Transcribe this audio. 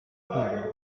kwihagarika